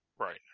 Right